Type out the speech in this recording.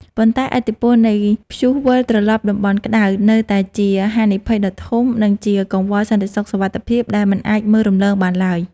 ប៉ុន្តែឥទ្ធិពលនៃ ព្យុះវិលត្រឡប់តំបន់ក្ដៅ នៅតែជាហានិភ័យដ៏ធំ និងជាកង្វល់សន្តិសុខសុវត្ថិភាពដែលមិនអាចមើលរំលងបានឡើយ។